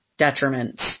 detriments